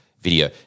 video